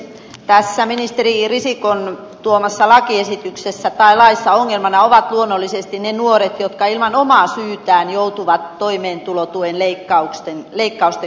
tässä ministeri risikon tuomassa laissa ongelmana ovat luonnollisesti ne nuoret jotka ilman omaa syytään joutuvat toimeentulotuen leikkausten kohteeksi